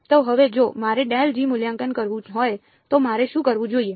તો હવે જો મારે મૂલ્યાંકન કરવું હોય તો મારે શું કરવું જોઈએ